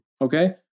Okay